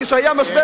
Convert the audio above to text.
כשהיה משבר,